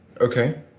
okay